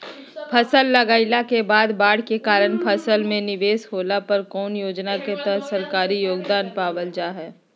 फसल लगाईला के बाद बाढ़ के कारण फसल के निवेस होला पर कौन योजना के तहत सरकारी योगदान पाबल जा हय?